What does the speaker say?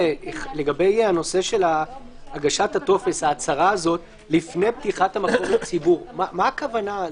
לגבי ההצהרה, לפני פתיחת מה הכוונה?